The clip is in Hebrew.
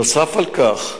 נוסף על כך,